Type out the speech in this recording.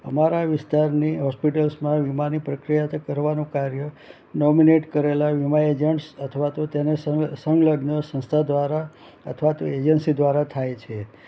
અમારા વિસ્તારની હોસ્પિટલ્સમાં વીમાની પ્રક્રિયા કરવાનું કાર્ય નોમિનેટ કરેલા વીમા એજન્ટ્સ અથવા તો તેને સંલગ્ન સંસ્થા દ્વારા અથવા તો એજન્સી દ્વારા થાય છે